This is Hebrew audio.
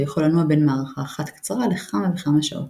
הוא יכול לנוע בין מערכה אחת קצרה לכמה וכמה שעות.